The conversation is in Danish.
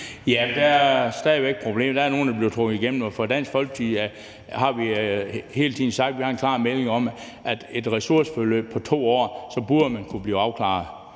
Ja, der er stadig væk problemer; der er nogle, der bliver trukket igennem det, og fra Dansk Folkepartis side har vi hele tiden sagt – det har været vores klare melding – at med et ressourceforløb på 2 år burde man kunne blive afklaret.